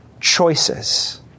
choices